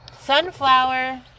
Sunflower